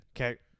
Okay